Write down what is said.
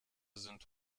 sind